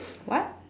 what